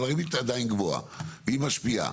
אבל הריבית עדיין גבוהה והיא משפיעה.